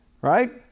right